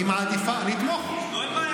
אני אתמוך בו.